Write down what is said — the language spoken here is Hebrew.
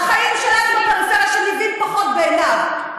החיים שלנו בפריפריה שווים פחות בעיניו,